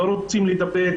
לא רוצים להידבק.